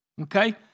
okay